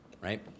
right